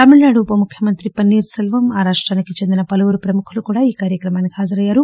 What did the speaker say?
తమిళనాడు ఉప ముఖ్యమంత్రి పన్నీర్ సెల్వం ఆ రాష్రానికి చెందిన పలువురు ప్రముఖులు ఈ కార్యక్రమానికి హాజరయ్యారు